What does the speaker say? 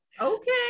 Okay